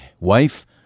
wife